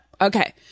Okay